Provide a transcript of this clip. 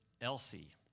Elsie